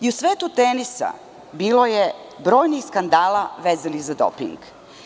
I u svetu tenisa bilo je brojnih skandala vezanih za doping.